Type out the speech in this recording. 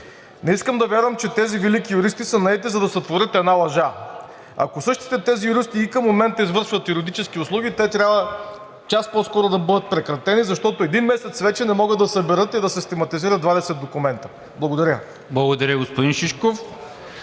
Не искам да вярвам, че тези велики юристи са наети, за да сътворят една лъжа. Ако същите тези юристи и към момента извършват юридически услуги, те трябва час по-скоро да бъдат прекратени, защото един месец вече не могат да съберат и да систематизират 20 документа. Благодаря. (Ръкопляскания от